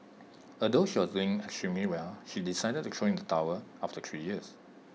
although she was doing extremely well she decided to throw in the towel after three years